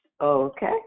Okay